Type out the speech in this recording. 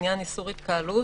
לעניין איסור התקהלות,